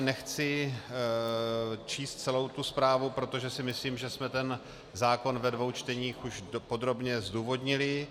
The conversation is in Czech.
Nechci tady číst celou tu zprávu, protože si myslím, že jsme zákon ve dvou čteních už podrobně zdůvodnili.